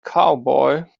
cowboy